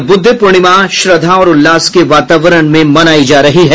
और बुद्ध पूर्णिमा श्रद्धा और उल्लास के वातावरण में मनायी जा रही है